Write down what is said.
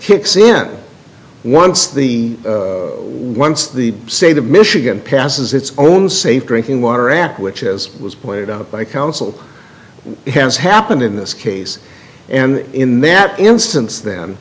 kicks in once the once the state of michigan passes its own safe drinking water act which as was pointed out by counsel has happened in this case and in that instance them